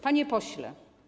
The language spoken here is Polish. Panie pośle.